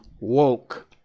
woke